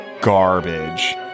garbage